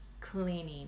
cleaning